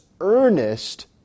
earnest